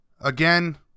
Again